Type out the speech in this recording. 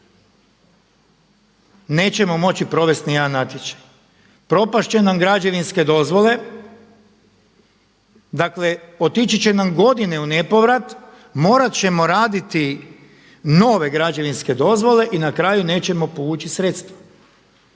nećemo moći provesti ni jedan natječaj, propast će nam građevinske dozvole, dakle otići će nam godine u nepovrat, morat ćemo raditi nove građevinske dozvole i na kraju nećemo povući sredstva.